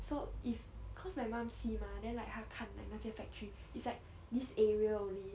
so if cause my mum see mah then like 她看 like 那些 factory it's like this area only